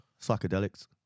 Psychedelics